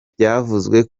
byavuzwe